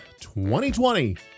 2020